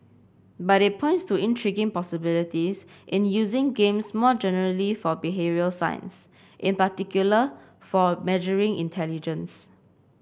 but it points to intriguing possibilities in using games more generally for behavioural science in particular for measuring intelligence